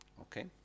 Okay